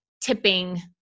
tipping